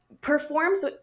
performs